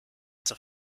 zur